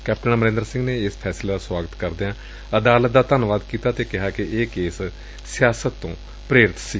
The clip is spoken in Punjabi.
ਕੈਪਟਨ ਅਮਰਿੰਦਰ ਸਿੰਘ ਨੇ ਇਸ ਫੈਸਲੇ ਦਾ ਸੁਆਗਤ ਕਰਦਿਆਂ ਅਦਾਲਤ ਦਾ ਧੰਨਵਾਦ ਕੀਤੈ ਅਤੇ ਕਿਹਾ ਕਿ ਇਹ ਕੇਸ ਸਿਆਸਤ ਤੋਂ ਪ੍ਰੇਰਿਤ ਸੀ